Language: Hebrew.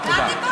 תודה.